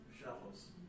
shovels